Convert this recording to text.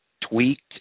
Tweaked